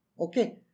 Okay